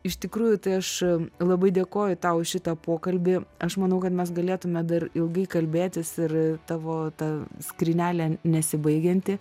iš tikrųjų tai aš labai dėkoju tau už šitą pokalbį aš manau kad mes galėtume dar ilgai kalbėtis ir ir tavo ta skrynelė nesibaigianti